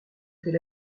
était